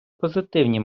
позитивні